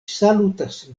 salutas